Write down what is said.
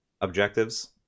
objectives